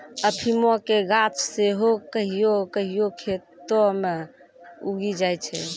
अफीमो के गाछ सेहो कहियो कहियो खेतो मे उगी जाय छै